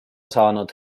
saanud